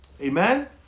Amen